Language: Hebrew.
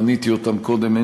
מניתי אותם קודם,